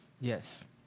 Yes